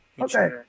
Okay